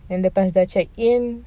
then lepas dah check in